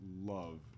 love